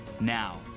Now